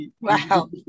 Wow